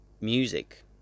music